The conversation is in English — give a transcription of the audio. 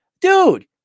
Dude